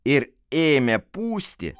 ir ėmė pūsti